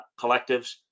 collectives